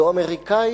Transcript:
לא אמריקני